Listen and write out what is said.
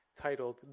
titled